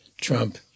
Trump